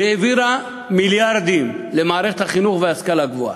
והעבירה מיליארדים למערכת החינוך וההשכלה הגבוהה,